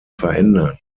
verändern